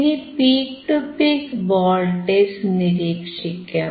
ഇനി peak to peak voltage നിരീക്ഷിക്കാം